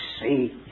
see